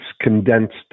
condensed